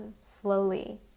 slowly